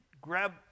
grab